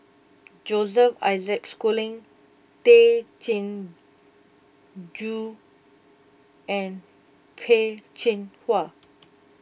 Joseph Isaac Schooling Tay Chin Joo and Peh Chin Hua